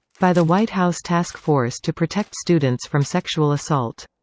by the white house task force to protect students from sexual assault.